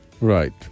Right